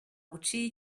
buciye